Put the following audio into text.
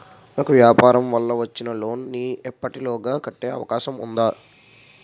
నాకు వ్యాపార వల్ల వచ్చిన లోన్ నీ ఎప్పటిలోగా కట్టే అవకాశం ఉంది?